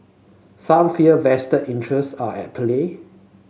some fear vested interest are at play